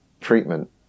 treatment